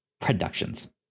productions